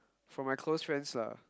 for my close friends lah